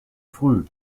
früh